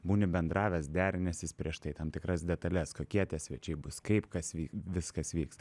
būni bendravęs derinęsis prieš tai tam tikras detales kokie tie svečiai bus kaip kas vyk viskas vyks